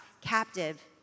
captive